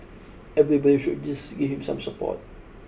everybody should just give him some support